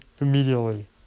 immediately